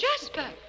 Jasper